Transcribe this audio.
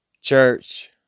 church